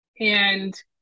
and-